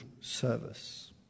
service